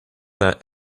that